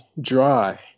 dry